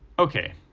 okay,